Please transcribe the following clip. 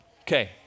Okay